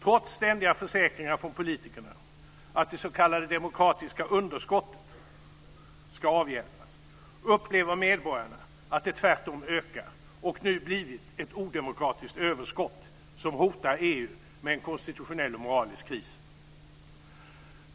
Trots ständiga försäkringar från politikerna att det s.k. demokratiska underskottet ska avhjälpas, upplever medborgarna att det tvärtom ökar och nu blivit ett odemokratiskt överskott som hotar EU med en konstitutionell och moralisk kris.